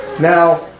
Now